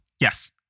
Yes